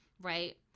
Right